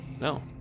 No